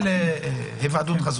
של היוועדות חזותית.